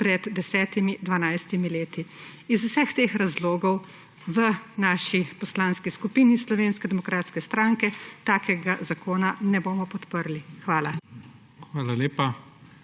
pred desetimi, dvanajstimi leti. Iz vseh teh razlogov v Poslanski skupini Slovenske demokratske stranke takega zakona ne bomo podprli. Hvala. PREDSEDNIK